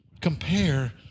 compare